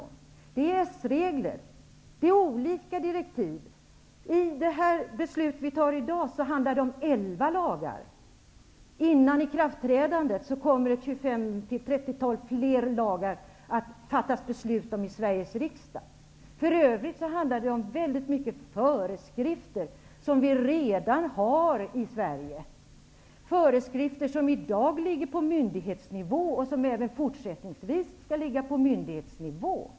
Det är EES-regler. Det är olika direktiv. I det beslut vi fattar i dag handlar det om 11 lagar. Före ikraftträdandet kommer Sveriges riksdag att fatta beslut om ytterligare 25--30 lagar. För övrigt handlar det om väldigt många föreskrifter, som vi redan har i Sverige. Det är föreskrifter som i dag ligger på myndighetsnivå och som även fortsättningsvis skall ligga på myndighetsnivå.